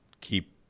keep